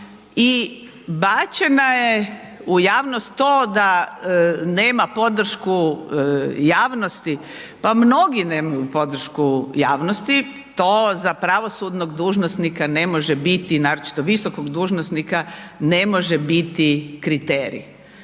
i bačena je u javnost to da nema podršku javnosti. Pa mnogi nemaju podršku javnosti, to za pravosudnog dužnosnika ne može biti, naročito visokog dužnosnika, ne može biti kriterij.